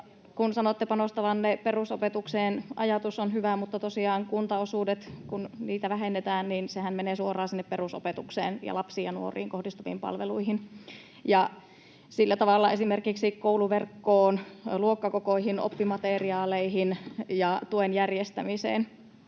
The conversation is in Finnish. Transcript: sanotte panostavanne perusopetukseen, ajatus on hyvä, mutta tosiaan kun kuntaosuuksia vähennetään, niin sehän menee suoraan sinne perusopetukseen ja lapsiin ja nuoriin kohdistuviin palveluihin ja sillä tavalla esimerkiksi kouluverkkoon, luokkakokoihin, oppimateriaaleihin ja tuen järjestämiseen.